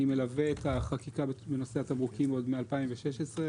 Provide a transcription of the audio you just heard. אני מלווה את החקיקה בנושא התמרוקים עוד מ-2016.